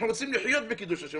אנחנו רוצים לחיות על קידוש השם,